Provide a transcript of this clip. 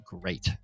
great